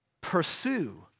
pursue